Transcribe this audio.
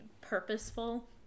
purposeful